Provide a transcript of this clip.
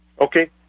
Okay